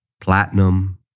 platinum